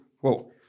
whoa